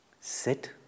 sit